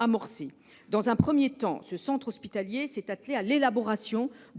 amorcé. Dans un premier temps, ce centre hospitalier s’est attelé à l’élaboration